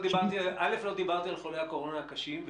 לא דיברתי על חולי הקורונה הקשים.